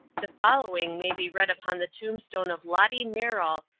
the following may be read upon the tombstone of lottie merrill,